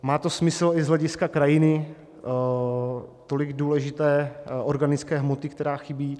Má to smysl i z hlediska krajiny, tolik důležité organické hmoty, která chybí.